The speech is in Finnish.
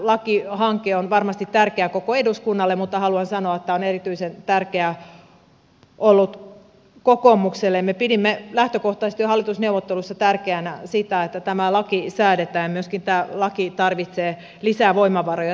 tämä lakihanke on varmasti tärkeä koko eduskunnalle mutta haluan sanoa että tämä on erityisen tärkeä ollut kokoomukselle ja me pidimme lähtökohtaisesti jo hallitusneuvotteluissa tärkeänä sitä että tämä laki säädetään ja myöskin tämä laki tarvitsee lisää voimavaroja